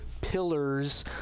Pillars